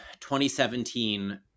2017